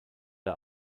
der